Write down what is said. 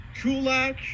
Kulak